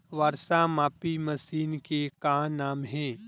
वर्षा मापी मशीन के का नाम हे?